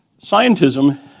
scientism